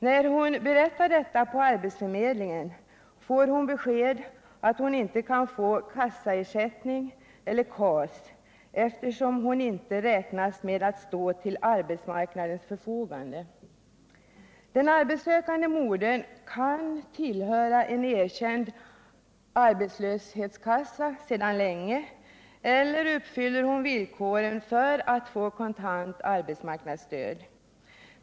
När hon berättar detta på arbetsförmedlingen, får hon besked att hon inte kan få kassaersättning, eller KAS, eftersom hon inte står till arbetsmarknadens förfogande. Den arbetssökande modern kan tillhöra en erkänd arbetslöshetskassa sedan länge eller uppfylla villkoren för att få kontant arbetsmarknadsstöd.